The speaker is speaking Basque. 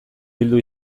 bildu